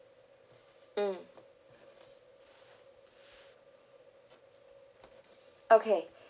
mm okay